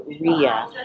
RIA